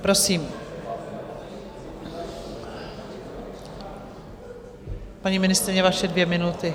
Prosím, paní ministryně, vaše dvě minuty.